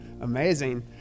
amazing